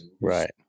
right